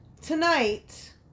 Tonight